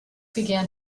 began